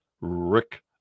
Rick